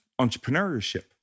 entrepreneurship